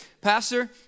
pastor